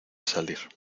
salir